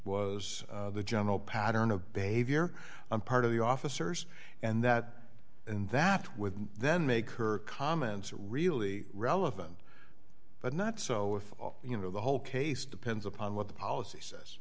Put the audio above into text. was the general pattern of behavior i'm part of the officers and that in that with then make her comments really relevant but not so if you know the whole case depends upon what the policy says